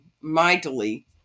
mightily